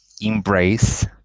embrace